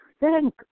thank